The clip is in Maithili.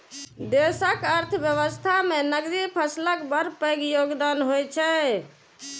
देशक अर्थव्यवस्था मे नकदी फसलक बड़ पैघ योगदान होइ छै